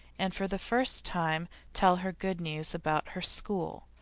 and for the first time tell her good news about her school.